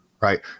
Right